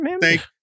Thank